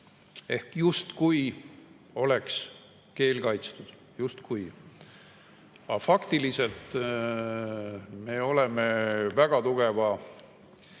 Ehk justkui oleks keel kaitstud. Justkui. Aga faktiliselt me oleme väga tugeva